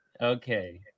Okay